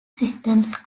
systems